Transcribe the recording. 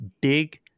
big